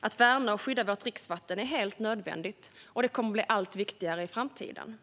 Att värna och skydda vårt dricksvatten är helt nödvändigt, och det kommer att bli allt viktigare i framtiden.